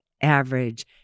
average